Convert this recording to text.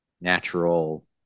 natural